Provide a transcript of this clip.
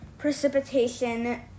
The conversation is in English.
Precipitation